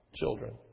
children